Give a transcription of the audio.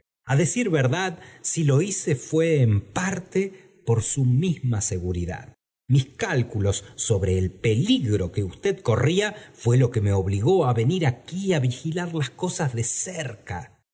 a decir verdad si lo hice fué en parte por su misma seguridad mis cálculos bre e p fiero que usted corría fué lo que me obligó á vem aquí á vigilar las cosas de cerca